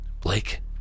Blake